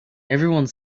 everyone